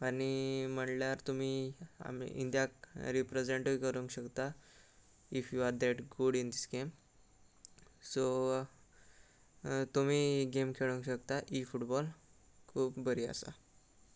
आनी म्हणल्यार तुमी आमी इंडियाक रिप्रेजेंटूय करूंक शकता if you are that good in this game so तुमी ही गेम खेळूंक शकता इ फुटबॉल खूब बरी आसा